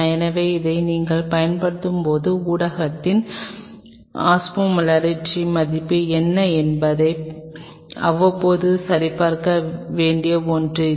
எனவே இது நீங்கள் பயன்படுத்தும் ஊடகத்தின் ஒஸ்மோலரிட்டி மதிப்பு என்ன என்பதை அவ்வப்போது சரிபார்க்க வேண்டிய ஒன்று இது